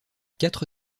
quatre